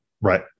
Right